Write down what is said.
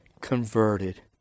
converted